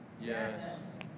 Yes